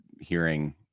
hearing